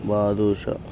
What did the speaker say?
badusha